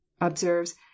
observes